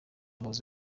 muzi